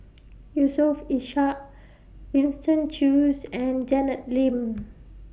Yusof Ishak Winston Choos and Janet Lim